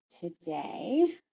Today